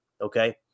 Okay